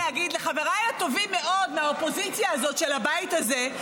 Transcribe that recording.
אני רוצה להגיד לחבריי הטובים מאוד מהאופוזיציה הזאת של הבית הזה,